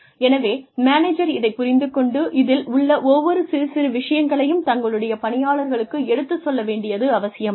எனவே மேனேஜர் இதைப் புரிந்து கொண்டு இதில் உள்ள ஒவ்வொரு சிறு சிறு விஷயங்களையும் தங்களுடைய பணியாளர்களுக்கு எடுத்துச் சொல்ல வேண்டியது அவசியமாகும்